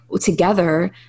together